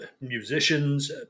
musicians